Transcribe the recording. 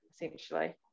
essentially